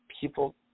people